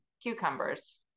cucumbers